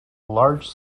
large